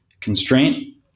constraint